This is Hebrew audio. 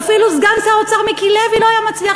ואפילו סגן שר האוצר מיקי לוי לא היה מצליח,